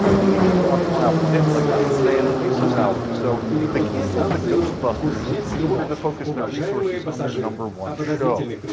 they needed a quantifiable hit like the shazam isis hour, so they cancelled the ghost busters in order to focus their resources on their number one show.